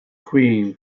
queen